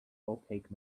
opaque